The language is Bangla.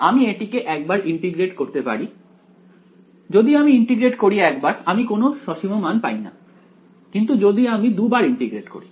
আমি এটিকে একবার ইন্টিগ্রেট করতে পারি যদি আমি একবার ইন্টিগ্রেট করি তাহলে আমি কোনও সসীম মান পাইনা কিন্তু যদি আমি দুবার ইন্টিগ্রেট করি